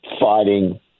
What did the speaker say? fighting